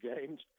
games